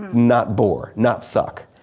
not bore. not suck.